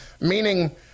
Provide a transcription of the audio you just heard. meaning